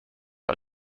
are